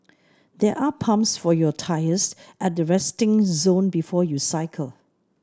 there are pumps for your tyres at the resting zone before you cycle